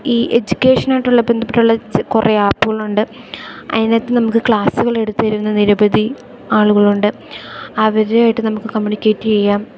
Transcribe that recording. ഈ എജ്യുക്കേഷനായിട്ടുള്ള ബന്ധപ്പെട്ടുള്ള കുറേ ആപ്പുകളുണ്ട് അതിനകത്ത് നമുക്ക് ക്ലാസ്സുകൾ എടുത്തുതരുന്ന നിരവധി ആളുകളുണ്ട് അവരും ആയിട്ട് നമുക്ക് കമ്മ്യൂണിക്കേറ്റ് ചെയ്യാം